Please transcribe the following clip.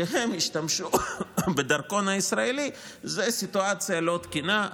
שהם ישתמשו בדרכון הישראלי זו סיטואציה לא תקינה.